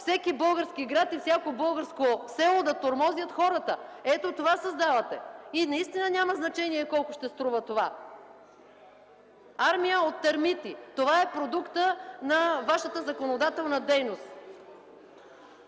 всеки български град и всяко българско село – да тормозят хората! Ето това създавате! И наистина няма значение колко ще струва това! Армия от термити – това е продуктът на Вашата законодателна дейност.